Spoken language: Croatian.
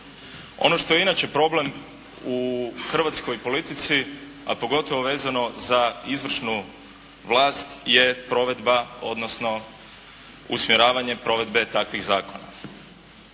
Ono što je inače problem u hrvatskoj politici a pogotovo vezano za izvršnu vlast je provedba odnosno usmjeravanje provedbe takvih zakona.